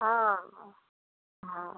हा हा